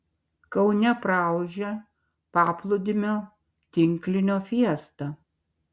kaune praūžė paplūdimio tinklinio fiesta